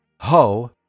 Ho